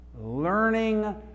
learning